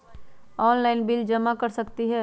Online bill जमा कर सकती ह?